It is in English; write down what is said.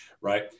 right